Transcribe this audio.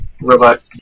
robot